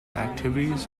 activities